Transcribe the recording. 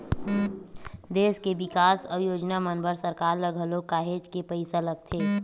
देस के बिकास अउ योजना मन बर सरकार ल घलो काहेच के पइसा लगथे